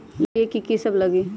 Loan लिए की सब लगी?